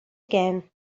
again